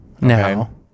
no